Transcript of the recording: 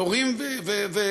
של הורים שלנו,